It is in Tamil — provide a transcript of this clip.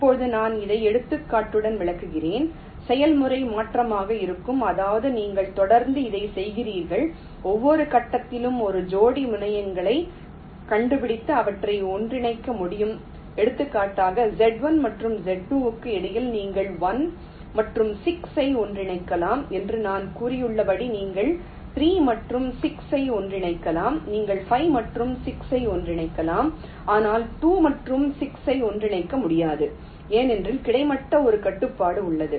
இப்போது நான் இதை ஒரு எடுத்துக்காட்டுடன் விளக்குகிறேன் செயல்முறை மாற்றமாக இருக்கும் அதாவது நீங்கள் தொடர்ந்து இதைச் செய்கிறீர்கள் ஒவ்வொரு கட்டத்திலும் ஒரு ஜோடி முனைகளைக் கண்டுபிடித்து அவற்றை ஒன்றிணைக்க முடியும் எடுத்துக்காட்டாக Z1 மற்றும் Z2 க்கு இடையில் நீங்கள் 1 மற்றும் 6 ஐ ஒன்றிணைக்கலாம் என்று நான் கூறியுள்ளபடி நீங்கள் 3 மற்றும் 6 ஐ ஒன்றிணைக்கலாம் நீங்கள் 5 மற்றும் 6 ஐ ஒன்றிணைக்கலாம் ஆனால் 2 மற்றும் 6 ஐ ஒன்றிணைக்க முடியாது ஏனெனில் கிடைமட்டமாக ஒரு கட்டுப்பாடு உள்ளது